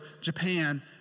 Japan